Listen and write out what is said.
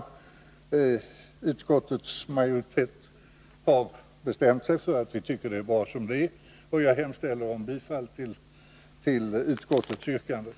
Vi i utskottsmajoriteten har bestämt oss för att det är bra som det är, och jag yrkar bifall till utskottets hemställan.